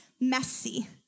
messy